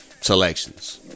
selections